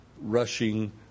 rushing